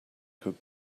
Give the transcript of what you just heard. could